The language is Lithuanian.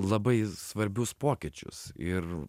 labai svarbius pokyčius ir